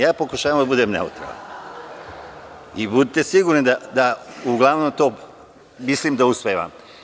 Ja pokušavam da budem neutralan i budite sigurni da uglavnom to, mislim, uspevam.